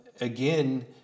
again